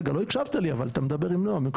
רגע, לא הקשבת לי, אתה מדבר עם נועם.